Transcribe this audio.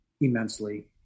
immensely